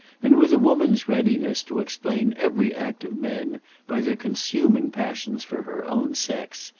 and with a woman's readiness to explain every act of men by their consuming passions for her own sex,